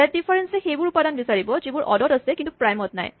set difference এ সেইবোৰ উপাদান বিচাৰিব যিবোৰ অড ত আছে কিন্তু প্ৰাইমত নাই